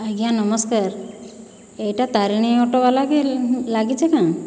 ଆଜ୍ଞା ନମସ୍କାର ଏଇଟା ତାରିଣୀ ଅଟୋବାଲାକେ ଲାଗିଛେ କାଁ